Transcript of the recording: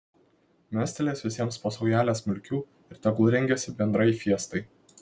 mestelės visiems po saujelę smulkių ir tegul rengiasi bendrai fiestai